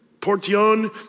Portion